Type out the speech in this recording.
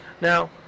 Now